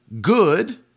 good